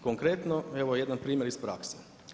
Konkretno evo jedan primjer iz prakse.